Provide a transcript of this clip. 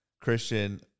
Christian